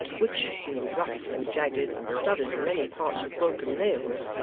which, being rough and jagged and studded in many parts with broken nails,